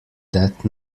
that